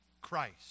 Christ